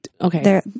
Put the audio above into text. okay